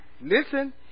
listen